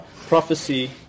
Prophecy